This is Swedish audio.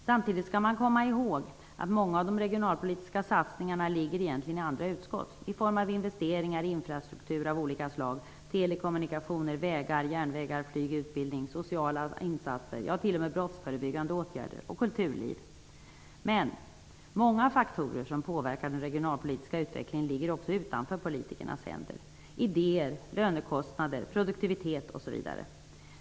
Samtidigt skall man komma ihåg att många av de regionalpolitiska satsningarna behandlas i andra utskott -- investeringar i infrastruktur av olika slag, telekommunikationer, vägar, järnvägar, flyg, utbildning, sociala insatser, brottsförebyggande åtgärder och kulturliv. Många av de faktorer som påverkar den regionalpolitiska utvecklingen ligger utanför politikernas händer, som idéer, lönekostnader, produktivitet.